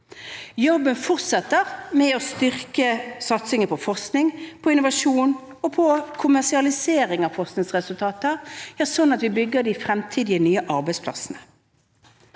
Jobben fortsetter med å styrke satsingen på forskning, på innovasjon og på kommersialisering av forskningsresultater – ja, sånn at vi bygger fremtidige, nye arbeidsplasser.